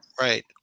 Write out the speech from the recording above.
Right